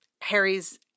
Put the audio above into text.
Harry's